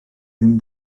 ddim